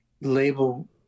label